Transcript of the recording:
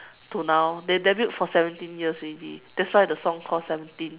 to now they debut for seventeen years already that's why the song called seventeen